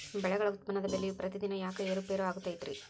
ಬೆಳೆಗಳ ಉತ್ಪನ್ನದ ಬೆಲೆಯು ಪ್ರತಿದಿನ ಯಾಕ ಏರು ಪೇರು ಆಗುತ್ತೈತರೇ?